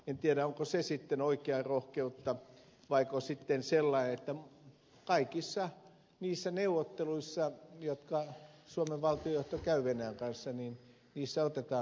en tiedä onko se sitten oikeaa rohkeutta vaiko sitten sellainen että kaikissa niissä neuvotteluissa jotka suomen valtionjohto käy venäjän kanssa otetaan myös nämä ed